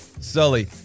Sully